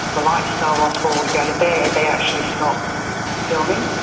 the lights go off or we go to bed, they actually stop filming.